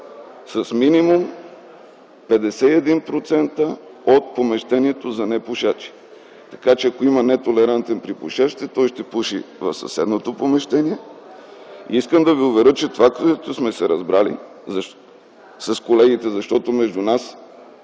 с минимум 51% от помещението за непушачи. Ако има нетолерантен при пушачите, той ще пуши в съседното помещение. Искам да ви уверя, разбрали сме се с колегите, защото между нас